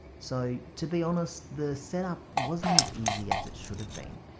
so to be honest the setup wasn't as easy as it should have been.